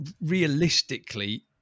Realistically